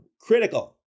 critical